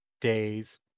days